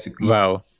Wow